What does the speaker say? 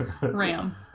Ram